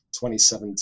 2017